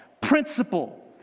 Principle